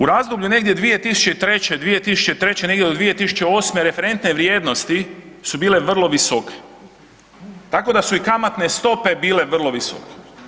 U razdoblju negdje 2003., 2003. negdje od 2008. referentne vrijednosti su bile vrlo visoke, tako da su i kamatne stope bile vrlo visoko.